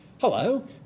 Hello